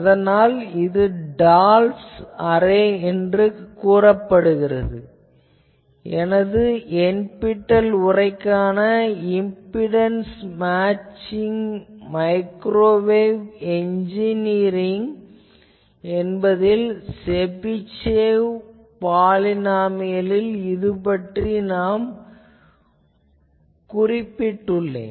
அதனால்தான் இது Dolph's array எனக் கூறப்படுகிறது இதைப்பற்றி எனது NPTEL உரையான இம்பிடன்ஸ் மேட்சிங் மைக்ரோவேவ் எஞ்ஜினிரிங் என்பதில் செபிஷேவ் பாலினாமியலில் கூறியுள்ளேன்